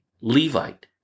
Levite